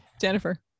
Jennifer